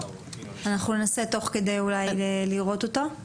אנחנו ננסה תוך כדי אולי לראות אותו.